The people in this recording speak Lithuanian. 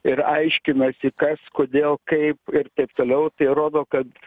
ir aiškinasi kas kodėl kaip ir taip toliau tai rodo kad